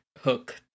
hook